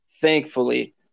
Thankfully